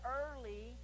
early